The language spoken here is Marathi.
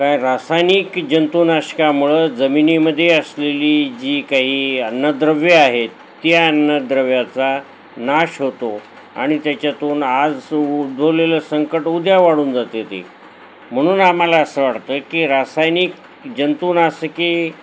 काय रासायनिक जंतुनाशकामुळं जमिनीमध्ये असलेली जी काही अन्नद्रव्ये आहेत त्या अन्नद्रव्याचा नाश होतो आणि त्याच्यातून आज उद्भवलेलं संकट उद्या वाढून जाते ती म्हणून आम्हाला असं वाटतं आहे की रासायनिक जंतुनाशके